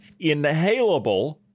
inhalable